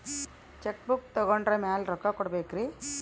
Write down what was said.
Check book ತೊಗೊಂಡ್ರ ಮ್ಯಾಲೆ ರೊಕ್ಕ ಕೊಡಬೇಕರಿ?